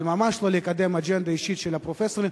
אבל ממש לא לקדם אג'נדה אישית של הפרופסורים